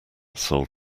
sold